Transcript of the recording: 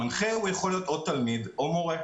המנחה יכול להיות תלמיד או מורה.